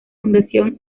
fundación